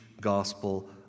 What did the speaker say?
gospel